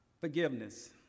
forgiveness